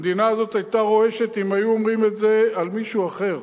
המדינה הזאת היתה רועשת אם היו אומרים את זה על מישהו אחר.